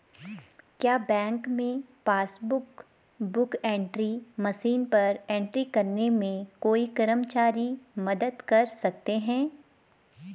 क्या बैंक में passbook book entry machine पर एंट्री करने में कोई कर्मचारी मदद कर सकते हैं?